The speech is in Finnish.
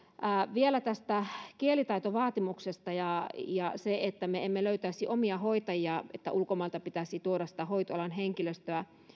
vielä tästä kielitaitovaatimuksesta ja ja siitä että me emme löytäisi omia hoitajia ja ulkomailta pitäisi tuoda hoitoalan henkilöstöä